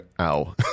ow